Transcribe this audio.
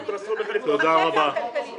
לא, בקטע הכלכלי.